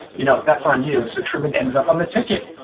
you know, that's on you so truman ends up on the ticket.